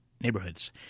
neighborhoods